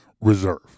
reserve